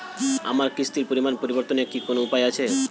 আমার কিস্তির পরিমাণ পরিবর্তনের কি কোনো উপায় আছে?